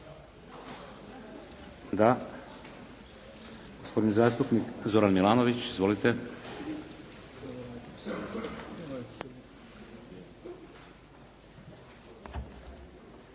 Da. Gospodin zastupnik Zoran Milanović. Izvolite.